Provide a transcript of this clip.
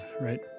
right